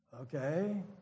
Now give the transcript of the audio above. okay